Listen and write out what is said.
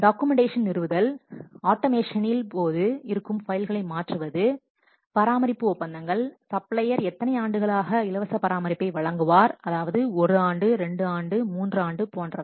documentation நிறுவுதல் ஆட்டோமேஷனின் போது இருக்கும் பைல்களை மாற்றுவது பராமரிப்பு ஒப்பந்தங்கள் சப்ளையர் எத்தனை ஆண்டுகளாக இலவச பராமரிப்பை வழங்குவார் அதாவது 1 ஆண்டு 2 ஆண்டு 3 ஆண்டு முதலியன